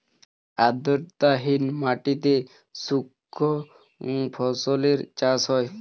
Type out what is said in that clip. আর্দ্রতাহীন মাটিতে শুষ্ক ফসলের চাষ হয়